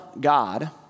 God